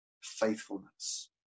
faithfulness